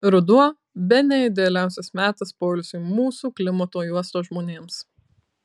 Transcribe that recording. ruduo bene idealiausias metas poilsiui mūsų klimato juostos žmonėms